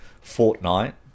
fortnight